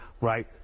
Right